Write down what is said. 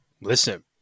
listen